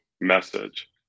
message